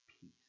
peace